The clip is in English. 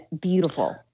beautiful